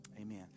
Amen